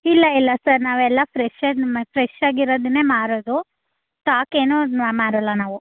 ಇಲ್ಲ ಇಲ್ಲ ಸರ್ ನಾವೆಲ್ಲ ಫ್ರೆಶ್ ಅದು ಮೇ ಫ್ರೆಶ್ ಆಗಿರೋದನ್ನೇ ಮಾರೋದು ಸ್ಟಾಕ್ ಏನೂ ಮಾರಲ್ಲ ನಾವು